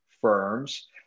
firms